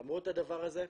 למרות הדבר הזה,